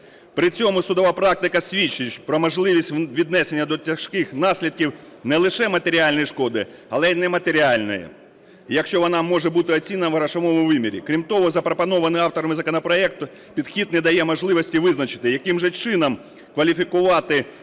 При цьому судова практика свідчить про можливість віднесення до тяжких наслідків не лише матеріальної шкоди, але й нематеріальної, якщо вона може бути оцінена в грошовому вимірі. Крім того, запропонований авторами законопроекту підхід не дає можливості визначити, яким же чином кваліфікувати інші